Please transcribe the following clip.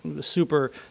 super